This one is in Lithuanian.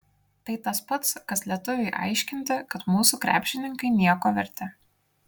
tai tas pats kas lietuviui aiškinti kad mūsų krepšininkai nieko verti